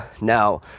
now